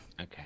Okay